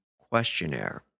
questionnaire